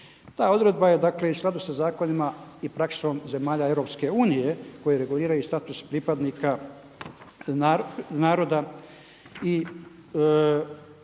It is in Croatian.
Ta odredba je dakle i u skladu sa zakonima i praksom zemalja EU koje reguliraju status pripadnika naroda ali